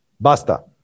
basta